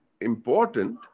important